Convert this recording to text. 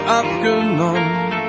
abgenommen